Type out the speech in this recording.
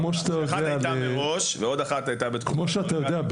אחת הייתה מראש ועוד אחת הייתה בתקופה --- כמו שאתה יודע,